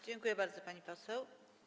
Dziękuję bardzo, pani poseł.